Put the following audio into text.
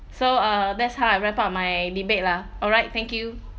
so uh that's how I wrap up my debate lah alright thank you